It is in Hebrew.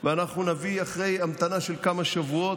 ואנחנו נביא אחרי המתנה של כמה שבועות,